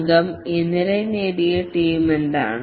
team ഇന്നലെ നേടിയ എന്താണ്